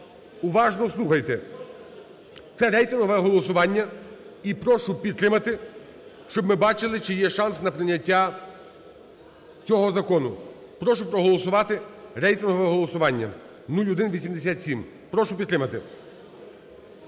Уважно слухайте. Це рейтингове голосування. І прошу підтримати, щоб ми бачили чи є шанс на прийняття цього закону. Прошу проголосувати, рейтингове голосування 0187. Прошу підтримати.